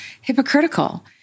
hypocritical